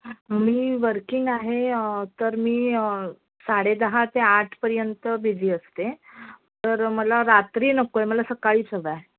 मी working आहे तर मी साडे दहा ते आठपर्यंत बिझी असते तर मला रात्री नको आहे मला सकाळीच हवं आहे